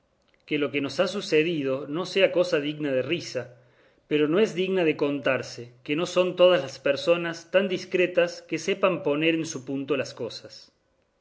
que lo que nos ha sucedido no sea cosa digna de risa pero no es digna de contarse que no son todas las personas tan discretas que sepan poner en su punto las cosas